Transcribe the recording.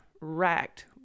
racked